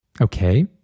Okay